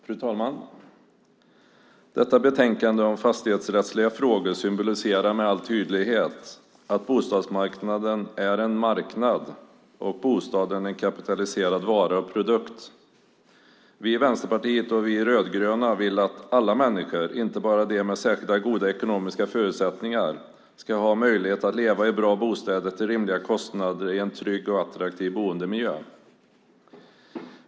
Fru talman! Detta betänkande om fastighetsrättsliga frågor symboliserar med all tydlighet att bostadsmarknaden är en marknad och bostaden en kapitaliserad vara och produkt. Vi i Vänsterpartiet och vi rödgröna vill att alla människor, inte bara de med särskilt goda ekonomiska förutsättningar, ska ha möjlighet att leva i bra bostäder till rimliga kostnader i en trygg och attraktiv boendemiljö.